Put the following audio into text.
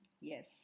Yes